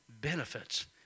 Benefits